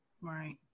Right